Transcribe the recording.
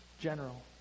general